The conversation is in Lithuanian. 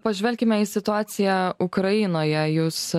pažvelkime į situaciją ukrainoje jūs